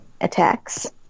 attacks